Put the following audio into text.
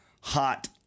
hot